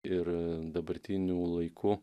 ir dabartiniu laiku